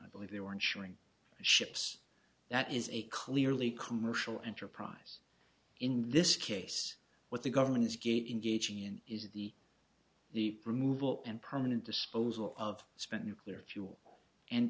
i believe they were insuring ships that is a clearly commercial enterprise in this case what the government is get engaged in is the the removal and permanent disposal of spent nuclear fuel and